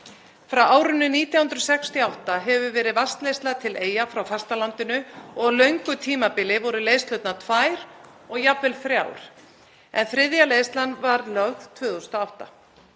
Frá árinu 1968 hefur verið vatnsleiðsla til Eyja frá fastalandinu og á löngu tímabili voru leiðslurnar tvær og jafnvel þrjár en þriðja leiðslan var lögð 2008.